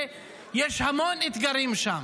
ויש המון אתגרים שם.